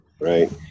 right